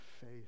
faith